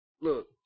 Look